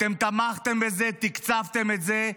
אתם תמכתם בזה ותקצבתם את זה.